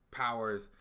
powers